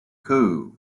coup